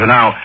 Now